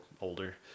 older